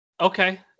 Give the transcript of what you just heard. Okay